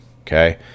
okay